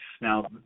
Now